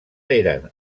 eren